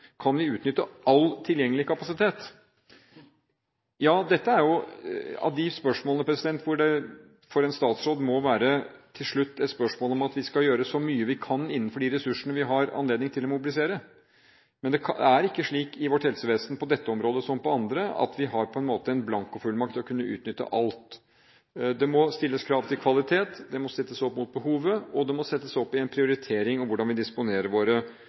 Kan vi utnytte all tilgjengelig kapasitet? Dette er jo av de spørsmålene hvor det for en statsråd til slutt må være et spørsmål om at vi skal gjøre så mye vi kan, innenfor de ressursene vi har anledning til å mobilisere. Men det er ikke slik i vårt helsevesen at vi på dette området, som på andre, har en blankofullmakt til å kunne utnytte alt. Det må stilles krav til kvalitet, det må settes opp mot behovet, og det må settes opp en prioritering med hensyn til hvordan vi disponerer våre